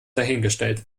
dahingestellt